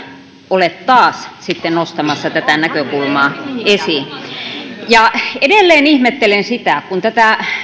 ole taas nostamassa tätä näkökulmaa esiin edelleen ihmettelen sitä kun tätä